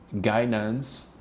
Guidance